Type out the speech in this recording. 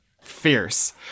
Fierce